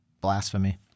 blasphemy